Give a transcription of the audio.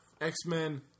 X-Men